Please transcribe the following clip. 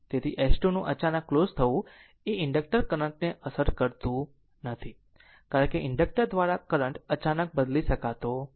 તેથી S 2 નું અચાનક ક્લોઝ થવું એ ઇનડક્ટર કરંટ ને અસર કરતું નથી કારણ કે ઇન્ડક્ટર દ્વારા કરંટ અચાનક બદલાઈ શકતો નથી